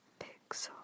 pixel